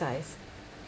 size